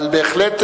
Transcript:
אבל בהחלט,